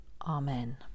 Amen